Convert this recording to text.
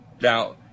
Now